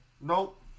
Nope